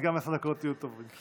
אז גם עשר דקות יהיו טובות.